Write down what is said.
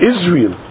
Israel